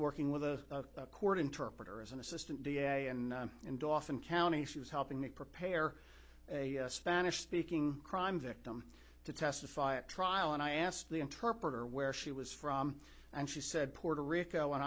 working with a court interpreter as an assistant d a and in doffing county she was helping me prepare a spanish speaking crime victim to testify at trial and i asked the interpreter where she was from and she said puerto rico and